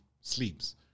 sleeps